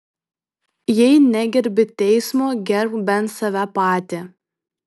jei negerbi teismo gerbk bent save patį